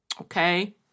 okay